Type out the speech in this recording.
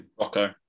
Rocco